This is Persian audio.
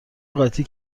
قاطی